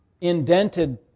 indented